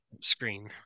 screen